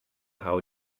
how